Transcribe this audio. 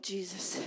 Jesus